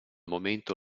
momento